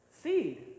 seed